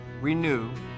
renew